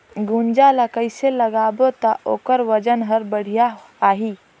गुनजा ला कइसे लगाबो ता ओकर वजन हर बेडिया आही?